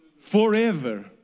Forever